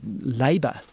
Labour